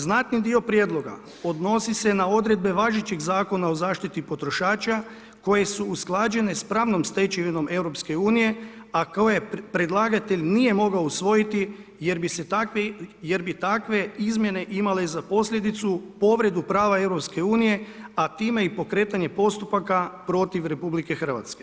Znatni dio prijedloga odnosi se na odredbe važećeg Zakona o zaštiti potrošača koje su usklađene sa pravnom stečevinom EU a koje predlagatelj nije mogao usvojiti jer bi takve izmjene imale za posljedicu povredu prava EU-a a time i pokretanje postupaka protiv RH.